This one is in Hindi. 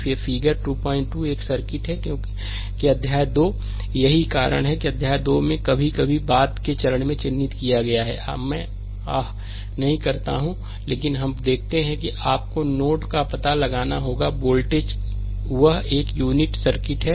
यह फिगर 22 में एक सर्किट है क्योंकि अध्याय 2 यही कारण है कि अध्याय 2 को कभी कभी बाद के चरण में चिह्नित किया जाता है मैं आह नहीं करता हूं लेकिन हम देखते हैं कि आपको नोड का पता लगाना होगा वोल्टेज वह एक यूनिट सर्किट है